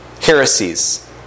heresies